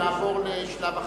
ונעבור לשלב החקיקה.